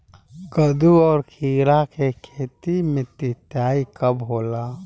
कदु और किरा के खेती में सिंचाई कब होला?